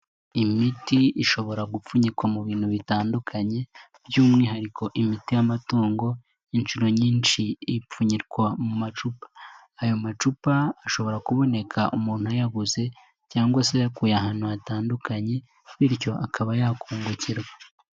Imiti ishobora gupfunyikwa mu bintu bitandukanye by'umwihariko imiti y'amatungo inshuro nyinshi ipfunyirwa mu macupa, ayo macupa ashobora kuboneka umuntu ayaguze cyangwa se ayakuye ahantu hatandukanye bityo akaba yakungukirwa.